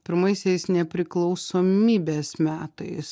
pirmaisiais nepriklausomybės metais